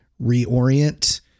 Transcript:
reorient